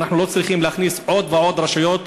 ואנחנו לא צריכים להכניס עוד ועוד רשויות